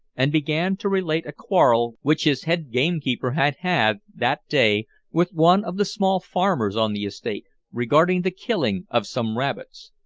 and began to relate a quarrel which his head-gamekeeper had had that day with one of the small farmers on the estate regarding the killing of some rabbits.